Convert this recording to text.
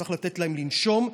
צריך לתת להם לנשום.